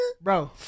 bro